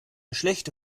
schlechte